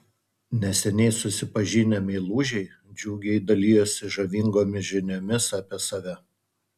neseniai susipažinę meilužiai džiugiai dalijosi žavingomis žiniomis apie save